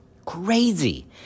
crazy